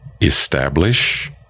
establish